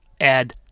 add